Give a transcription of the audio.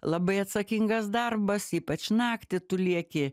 labai atsakingas darbas ypač naktį tu lieki